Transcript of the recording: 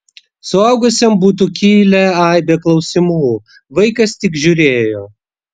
suaugusiam būtų kilę aibė klausimų vaikas tik žiūrėjo